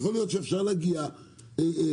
יכול להיות שאפשר להגיע להסכמה,